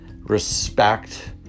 respect